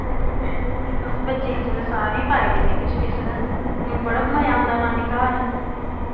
अस बच्चें गी जिल्लै सारें गी पाई दिन्ने किश किश ते उ'नेंगी बड़ा मजा औंदा नानी घर